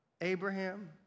Abraham